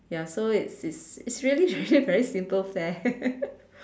ya so it's it's it's really really very simple fair